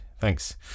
Thanks